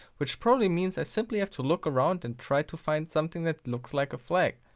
which probably means i simply have to look around and try to find something that looks like a flag.